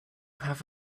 have